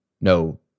No